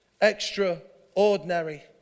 extraordinary